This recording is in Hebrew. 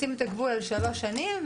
לשים את הגבול על שלוש שנים,